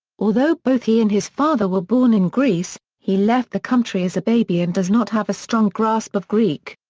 although both he and his father were born in greece, he left the country as a baby and does not have a strong grasp of greek.